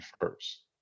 first